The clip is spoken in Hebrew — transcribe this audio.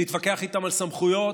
ולהתווכח איתם על סמכויות,